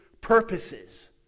purposes